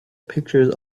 pictures